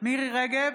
מירי מרים רגב,